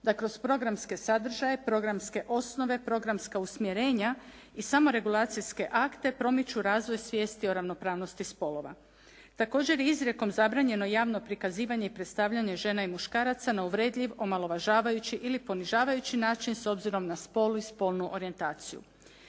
da kroz programske sadržaje, programske osnove, programska usmjerenja i samo regulacijske akte promiču razvoj svijesti o ravnopravnosti spolova. Također je izrijekom zabranjeno javno prikazivanje i predstavljanje žena i muškaraca na uvredljiv i omalovažavajući ili ponižavajući način s obzirom na spol i spolnu orijentaciju.